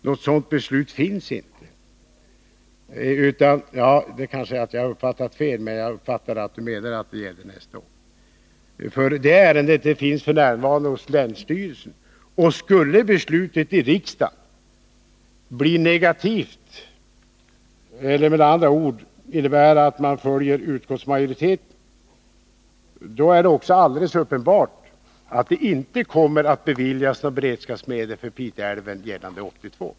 Något sådant beslut finns emellertid inte. Jag uppfattade kanske fel, men jag fattade det i alla fall som att det gällde nästa år. Ärendet i fråga ligger f. n. hos länsstyrelsen, och skulle beslutet i riksdagen bli negativt, med andra ord att man följer utskottsmajoriteten, är det alldeles uppenbart att det inte kommer att beviljas några beredskapsmedel för Pite älv avseende 1982.